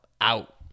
out